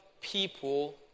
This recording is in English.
people